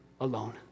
alone